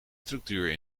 structuur